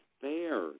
fair